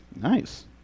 nice